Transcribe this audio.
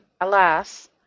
alas